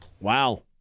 Wow